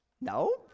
No